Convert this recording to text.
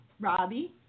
Robbie